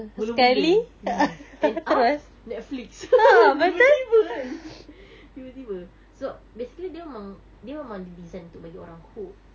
mula-mula jer yes end up Netflix tiba-tiba kan tiba-tiba so basically dia memang dia memang ada design untuk bagi orang hook